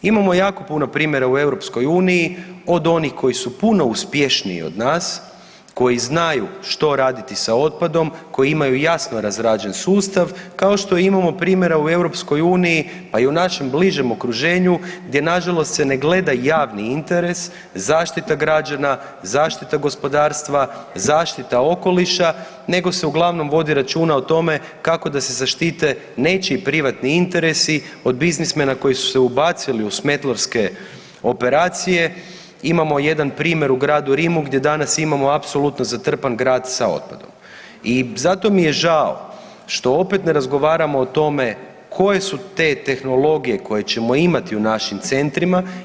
Imamo jako puno primjera u EU, od onih koji su puno uspješniji od nas, koji znaju što raditi sa otpadom koji imaju jasno razrađen sustav, kao što imamo primjera u EU, pa i u našem bližem okruženju, gdje nažalost se ne gleda javni interes, zaštita građana, zaštita gospodarstva, zaštita okoliša, nego se uglavnom vodi računa o tome kako da se zaštite nečiji privatni interesi, od biznismena koji su se ubacili u smetlarske operacije, imamo jedan primjer u gradu Rimu, gdje danas imamo apsolutno zatrpan grad sa otpadom i zato mi je žao što opet ne razgovaramo o tome koje su te tehnologije koje ćemo imati u našim centrima.